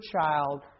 child